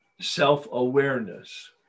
self-awareness